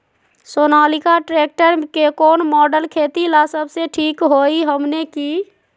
Sonalika tractor के कौन model खेती ला सबसे ठीक होई हमने की?